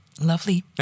Lovely